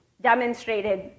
demonstrated